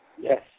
Yes